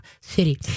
city